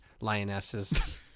Lionesses